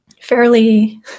fairly